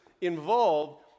involved